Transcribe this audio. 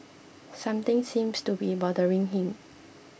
something seems to be bothering him